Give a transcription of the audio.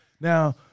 Now-